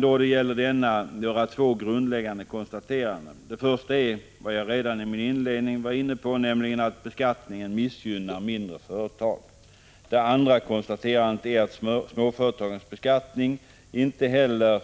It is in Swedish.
Då det gäller denna kan jag göra två grundläggande konstateranden. Det första är det jag redan i inledningen var inne på, nämligen att beskattningen missgynnar mindre företag. Det andra konstaterandet är att småföretagens beskattning inte heller